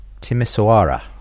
Timisoara